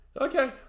Okay